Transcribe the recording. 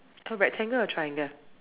uh rectangle or triangle